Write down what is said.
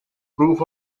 proof